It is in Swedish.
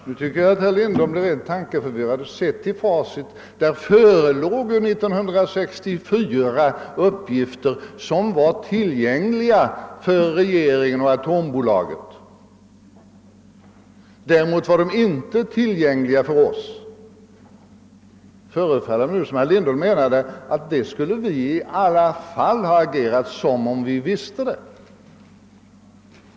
Herr talman! Nu tycker jag att herr Lindholm blir rent tankeförvirrad. » Sett i facit», säger han! År 1964 förelåg uppgifter som var tillgängliga för regeringen och AB Atomenergi. Däremot var de inte tillgängliga för oss. Det förefaller mig som om herr Lindholm menade att vi i alla fall skulle ha agerat som om vi känt till dem.